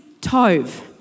tove